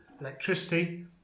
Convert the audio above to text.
electricity